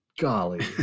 Golly